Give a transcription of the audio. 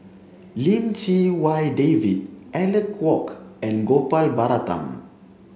Lim Chee Wai David Alec Kuok and Gopal Baratham